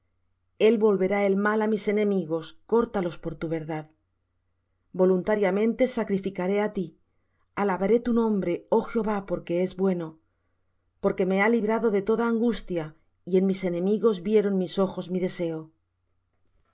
el volverá el mal á mis enemigos córtalos por tu verdad voluntariamente sacrificaré á ti alabaré tu nombre oh jehová porque es bueno porque me ha librado de toda angustia y en mis enemigos vieron mis ojos mi deseo